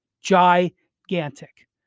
gigantic